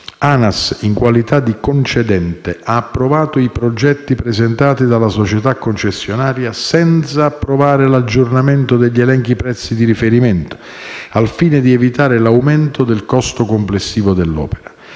ANAS - in qualità di concedente - ha approvato i progetti presentati dalla società concessionaria senza approvare l'aggiornamento degli elenchi prezzi di riferimento, al fine di evitare l'aumento del costo complessivo dell'opera.